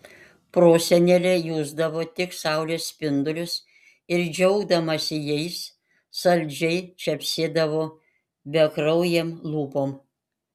prosenelė jusdavo tik saulės spindulius ir džiaugdamasi jais saldžiai čepsėdavo bekraujėm lūpom